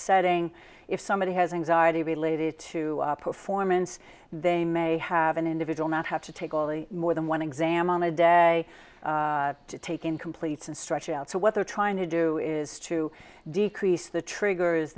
setting if somebody has anxiety related to performance they may have an individual not have to take all the more than one exam on a day to take in complete and stretch out so what they're trying to do is to decrease the triggers